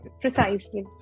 precisely